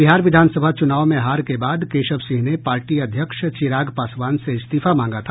बिहार विधानसभा चुनाव में हार के बाद केशव सिंह ने पार्टी अध्यक्ष चिराग पासवान से इस्तीफा मांगा था